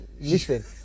listen